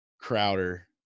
Crowder